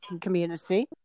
community